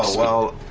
well,